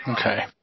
Okay